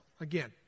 again